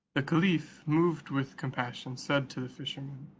the caliph, moved with compassion, said to the fisherman,